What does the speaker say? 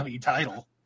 title